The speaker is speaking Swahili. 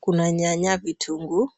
Kuna nyanya, vitunguu